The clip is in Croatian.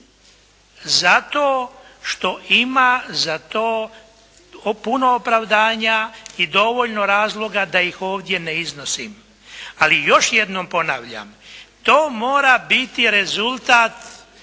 zato što ima za to puno opravdanja i dovoljno razloga da ih ovdje ne iznosim. Ali još jednom ponavljam to mora biti rezultat